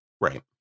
Right